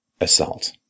assault